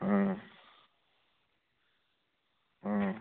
ꯎꯝ ꯎꯝ